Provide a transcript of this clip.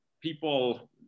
people